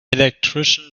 electrician